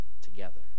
together